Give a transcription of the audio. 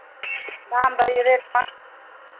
दाम रेट पान